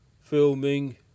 filming